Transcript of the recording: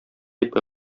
дип